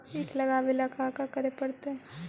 ईख लगावे ला का का करे पड़तैई?